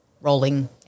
rolling